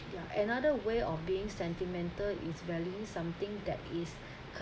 ya and another way of being sentimental is valuing something that is